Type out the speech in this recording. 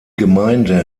gemeinde